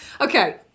Okay